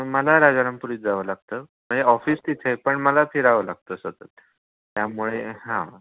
मला राजारामपुरीत जावं लागतं म्हणजे ऑफिस तिथे पण मला फिरावं लागतं सतत त्यामुळे हां